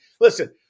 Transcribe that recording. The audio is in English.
listen